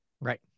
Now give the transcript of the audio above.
right